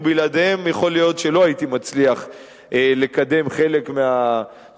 ובלעדיהם יכול להיות שלא הייתי מצליח לקדם חלק מהצעדים.